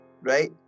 Right